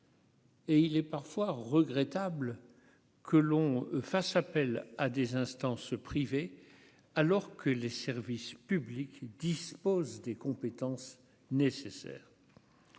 Et il est parfois regrettable que l'on fasse appel à des instances priver alors que les services publics disposent des compétences nécessaires,